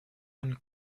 and